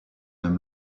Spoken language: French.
même